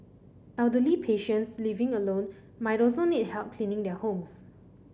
elderly patients living alone might also need help cleaning their homes